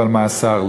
אבל לא מאסר.